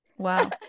wow